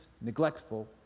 neglectful